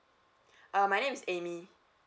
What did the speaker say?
uh my name is amy